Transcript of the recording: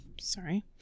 sorry –